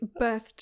birthed